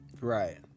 Right